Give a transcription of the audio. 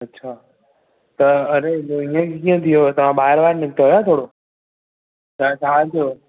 अच्छा त अड़े पोइ हीअं किअं थी वियो तव्हां ॿाहिरि वाहिरि निकिता आहियो थोरो त छा थियो